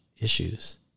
issues